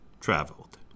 traveled